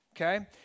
okay